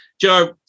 Joe